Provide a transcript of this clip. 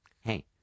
Hey